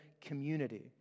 community